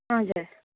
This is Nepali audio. हजुर